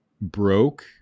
broke